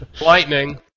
Lightning